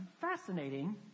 fascinating